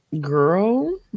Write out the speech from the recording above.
girl